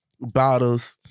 Bottles